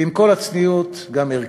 ועם כל הצניעות, גם ערכי.